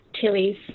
Tilly's